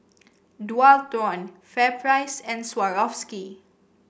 Dualtron FairPrice and Swarovski